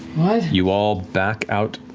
you all back out,